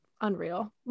unreal